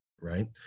right